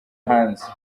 hanze